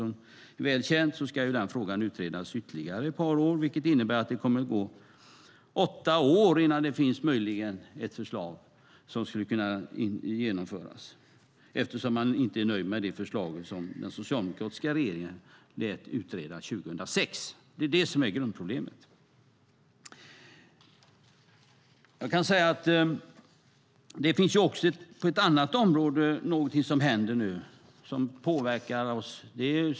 Som är väl känt ska den frågan utredas ytterligare ett par år, vilket innebär att det kommer att ha gått åtta år innan det möjligen finns ett förslag som skulle kunna genomföras, eftersom man inte är nöjd med det förslag som den socialdemokratiska regeringen lät utreda 2006. Det är det som är grundproblemet. Det finns också ett annat område där det händer någonting som påverkar oss.